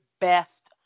best